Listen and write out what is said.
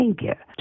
behavior